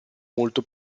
molto